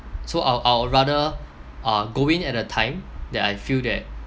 so I would I would rather uh go in at a time that I feel that